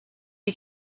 you